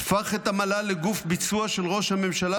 "הפך את המל"ל לגוף ביצוע של ראש הממשלה,